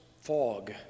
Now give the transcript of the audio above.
fog